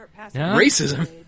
racism